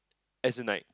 as in like